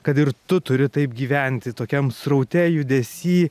kad ir tu turi taip gyventi tokiam sraute judesy